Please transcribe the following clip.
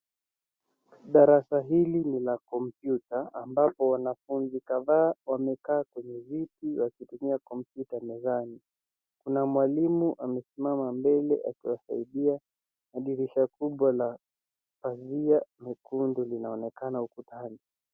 Darasa hili ni la kompyuta ambapo wanafunzi kadhaa wamekaa kwenye viti wakitumia kompyuta mezani. Kuna mwalimu amesimama mbele akiwasaidia na dirisha kubwa la pazia jekundu linaonekana ukutani.